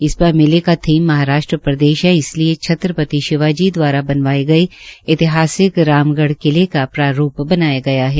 इस बार मेले का थीम महाराष्ट्र प्रदेश है इसलिए छत्रपति शिवाजी द्वारा बनवाए गए ऐतिहासिक रामगढ़ किला का प्रारूप बनाया गया है